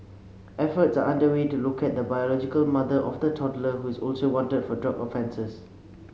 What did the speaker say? efforts are underway to locate the biological mother of the toddler who is also wanted for drug offences